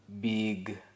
big